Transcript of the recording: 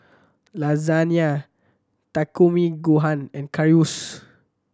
Lasagna Takikomi Gohan and Currywurst